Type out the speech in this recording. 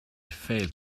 failed